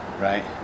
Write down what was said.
Right